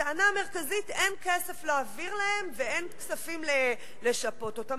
הטענה המרכזית היא שאין כסף להעביר להם ואין כספים לשפות אותם.